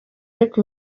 ariko